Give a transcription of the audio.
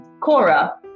Cora